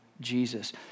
Jesus